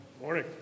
Morning